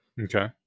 Okay